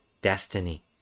destiny